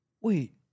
Wait